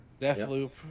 Deathloop